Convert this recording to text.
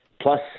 plus